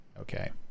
Okay